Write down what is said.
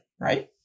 right